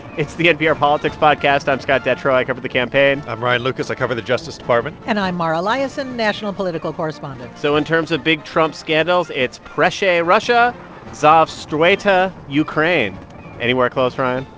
it's the npr politics podcast. i'm scott detrow. i cover the campaign i'm ryan lucas. i cover the justice department and i'm mara liasson, national political correspondent so in terms of big trump scandals, it's proshchay, russia zdravstvuyte, but ukraine anywhere close, ryan?